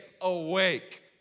awake